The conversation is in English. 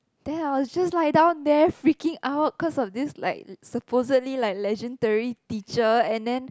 then I was just lie down there freaking out cause of this like supposedly like legendary teacher and then